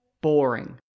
boring